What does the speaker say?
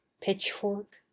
pitchfork